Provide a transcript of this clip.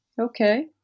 okay